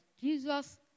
Jesus